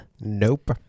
Nope